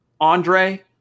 Andre